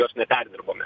jos neperdirbome